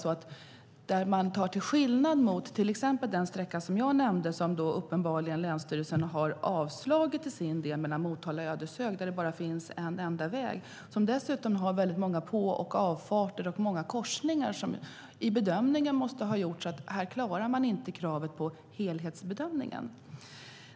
På den sträcka mellan Motala och Ödeshög som jag nämnde och där länsstyrelsen uppenbarligen har avslagit avstängning finns det bara en enda väg. Den har dessutom många på och avfarter och många korsningar. Där klarar man inte kravet på en helhetsbedömning.